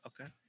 okay